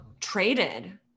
Traded